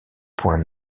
points